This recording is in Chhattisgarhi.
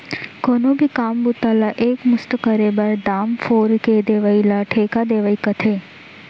कोनो भी काम बूता ला एक मुस्त करे बर, दाम फोर के देवइ ल ठेका देवई कथें